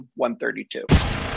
132